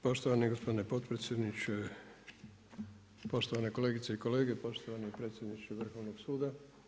Poštovani gospodine potpredsjedniče, poštovane kolegice i kolege, poštovani predsjedniče Vrhovnog suda.